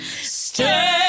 stay